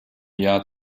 jahr